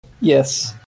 Yes